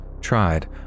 tried